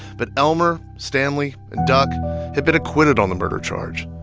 but elmer, stanley and duck had been acquitted on the murder charge.